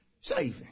saving